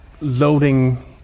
loading